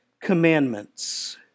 commandments